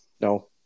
No